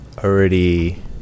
already